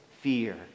fear